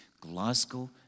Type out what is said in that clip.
Glasgow